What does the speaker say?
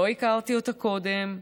לא הכרתי אותה קודם,